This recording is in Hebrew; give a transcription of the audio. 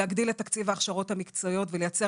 להגדיל את תקציב ההכשרות המקצועיות ולייצר